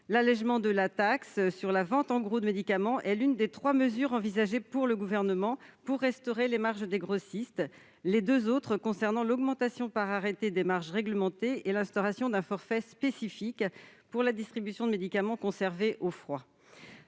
L'allégement de la taxe sur la vente en gros de médicaments est l'une des trois mesures envisagées par le Gouvernement pour restaurer les marges des grossistes-répartiteurs. Les deux autres consistent en l'augmentation par arrêté des marges réglementées et en l'instauration d'un forfait spécifique pour la distribution de médicaments conservés au froid.